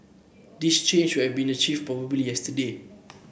this change should have been achieved probably yesterday